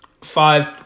Five